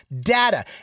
data